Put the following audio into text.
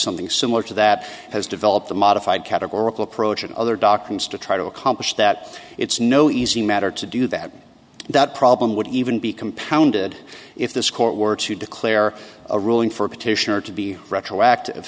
something similar to that has developed a modified categorical approach and other documents to try to accomplish that it's no easy matter to do that that problem would even be compounded if this court were to declare a ruling for a petitioner to be retroactive